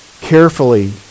carefully